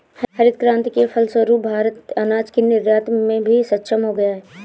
हरित क्रांति के फलस्वरूप भारत अनाज के निर्यात में भी सक्षम हो गया